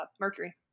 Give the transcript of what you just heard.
Mercury